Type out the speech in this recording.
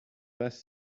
pas